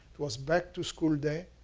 was back to school day.